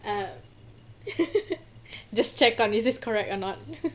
um just check for me this is correct or not